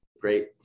great